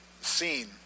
seen